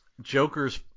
Joker's